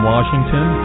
Washington